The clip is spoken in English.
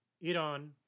Iran